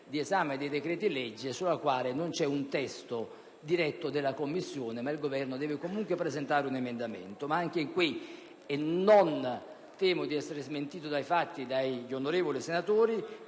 di esame dei decreti-legge per la quale non c'è un testo presentato dalla Commissione e il Governo deve comunque presentare un emendamento. Anche in questo caso (e non temo di essere smentito dai fatti e dagli onorevoli senatori),